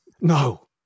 no